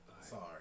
Sorry